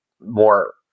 more